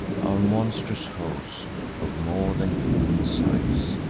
our monstrous host, of more than human size,